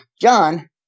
John